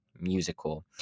musical